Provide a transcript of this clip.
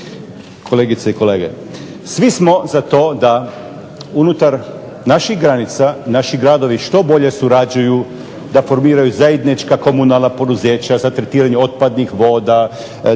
Kolegice i kolege, svi smo za to da unutar naših granica, naši gradovi što bolje surađuju, da formiraju zajednička komunalna poduzeća za tretiranje otpadnih voda,